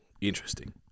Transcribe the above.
interesting